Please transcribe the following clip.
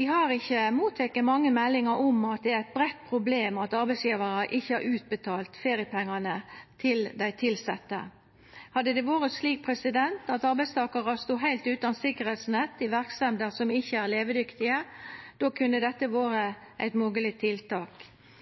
Vi har ikkje motteke mange meldingar om at det er eit breitt problem at arbeidsgjevarar ikkje har utbetalt feriepengane til dei tilsette. Hadde det vore slik at arbeidstakarar stod heilt utan sikkerheitsnett i verksemder som ikkje er levedyktige, kunne dette vore eit mogleg tiltak.